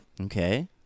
Okay